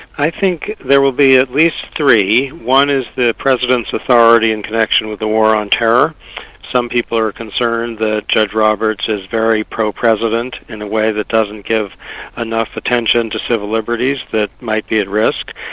i think there will be at least three. one is the president's authority in connection with the war on terror some people are concerned that judge roberts is very pro-president in a way that doesn't give enough attention to civil liberties, that might be at risk.